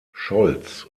scholz